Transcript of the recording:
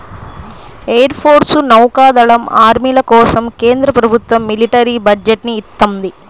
air force, నౌకా దళం, ఆర్మీల కోసం కేంద్ర ప్రభుత్వం మిలిటరీ బడ్జెట్ ని ఇత్తంది